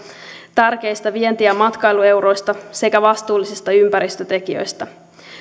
tärkeistä vienti ja matkailueuroista sekä vastuullisista ympäristötekijöistä